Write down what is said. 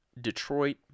Detroit